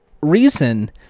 reason